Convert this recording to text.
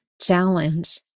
challenge